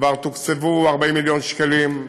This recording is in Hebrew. כבר תוקצבו 40 מיליון שקלים,